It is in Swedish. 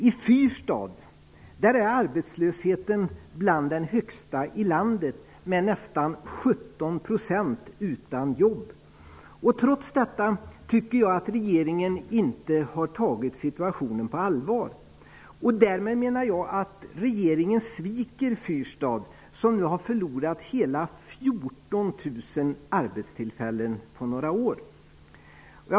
I Fyrstad uppvisar arbetslösheten bland de högsta talen i landet, med nästan 17 % utan jobb. Jag tycker att regeringen trots detta inte har tagit situationen på allvar. Jag menar att regeringen därmed sviker Fyrstad, som på några år har förlorat hela 14 000 arbetstillfällen.